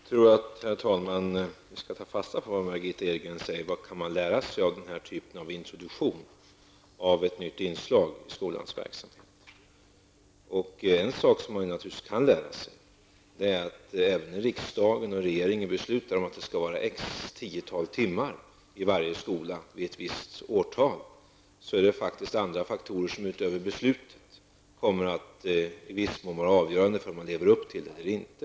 Herr talman! Jag tror att vi skall ta fasta på vad Margitta Edgren säger, nämligen: Vad kan vi lära oss av den här typen av introduktion av ett nytt inslag i skolans verksamhet? En sak som man naturligtvis kan lära sig är att även om riksdagen och regeringen beslutar om att det skall vara x tiotal timmar undervisning i varje skola vid ett visst årtal, så är det faktiskt andra faktorer som utöver beslutet i viss mån kommer att vara avgörande för om man lever upp till detta eller inte.